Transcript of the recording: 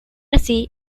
así